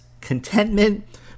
contentment